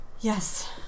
Yes